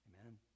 Amen